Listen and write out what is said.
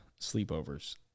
sleepovers